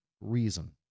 reason